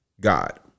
God